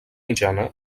mitjana